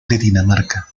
dinamarca